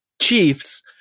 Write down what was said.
chiefs